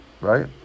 right